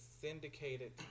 syndicated